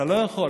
אתה לא יכול.